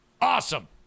Awesome